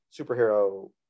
superhero